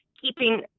keeping